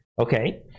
okay